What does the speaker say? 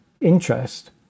interest